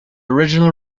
original